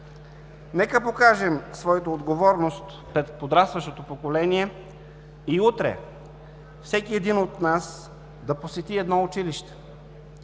Нека покажем своята отговорност пред подрастващото поколение и утре всеки един от нас да посети едно училище.